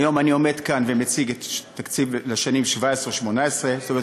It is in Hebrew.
היום אני עומד כאן ומציג תקציב לשנים 2017 2018. זאת אומרת,